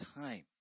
time